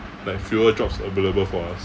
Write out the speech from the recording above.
like fewer jobs available for us